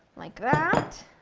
like that,